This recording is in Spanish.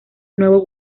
nuevo